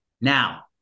Now